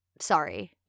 Sorry